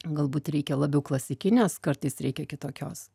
galbūt reikia labiau klasikinės kartais reikia kitokios